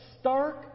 stark